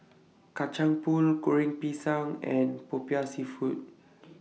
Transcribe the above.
Kacang Pool Goreng Pisang and Popiah Seafood